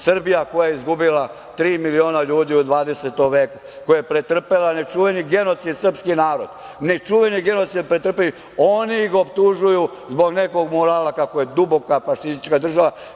Srbija koja je izgubila tri miliona ljudi u 20. veku, koja je pretrpela nečuveni genocid, srpski narod, oni je optužuju zbog nekog murala kako je duboka fašistička država.